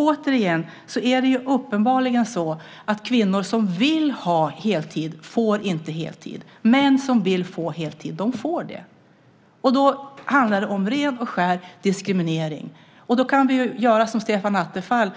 Återigen är det uppenbart att kvinnor som vill ha heltid inte får heltid. Män som vill ha heltid får det. Då handlar det om ren och skär diskriminering. Vi kan göra som Stefan Attefall